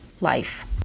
life